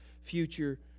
future